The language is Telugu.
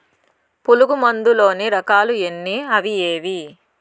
పులుగు మందు లోని రకాల ఎన్ని అవి ఏవి?